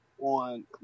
on